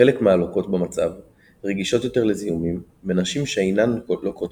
חלק מהלוקות במצב רגישות יותר לזיהומים מנשים שאינן לוקות